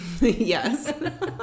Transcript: Yes